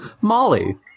Molly